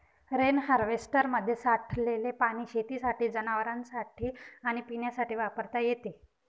rain हार्वेस्टरमध्ये साठलेले पाणी शेतीसाठी, जनावरांनासाठी आणि पिण्यासाठी वापरता येते